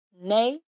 Nay